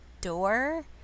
door